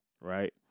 right